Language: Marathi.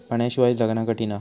पाण्याशिवाय जगना कठीन हा